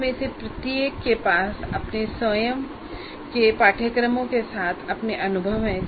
आप में से प्रत्येक के पास अपने स्वयं के पाठ्यक्रमों के साथ अपने अनुभव हैं